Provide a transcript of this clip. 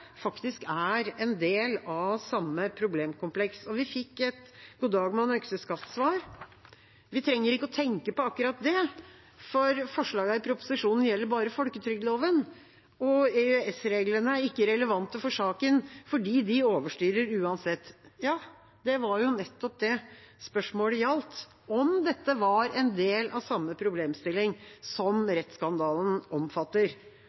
faktisk er en del av samme problemkompleks. Vi fikk et «god dag mann, økseskaft»-svar: Vi trenger ikke å tenke på akkurat det, for forslagene i proposisjonen gjelder bare folketrygdloven, og EØS-reglene er ikke relevante for saken, fordi de overstyrer uansett. Ja, det var jo nettopp det spørsmålet gjaldt, om dette var en del av samme problemstilling som rettsskandalen omfatter.